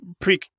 pre-